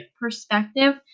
perspective